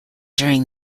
during